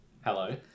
Hello